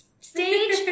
stage